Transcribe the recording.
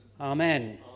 Amen